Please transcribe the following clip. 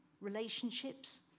relationships